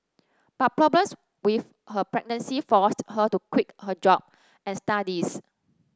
but problems with her pregnancy forced her to quit her job and studies